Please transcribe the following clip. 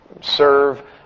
serve